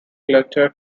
letter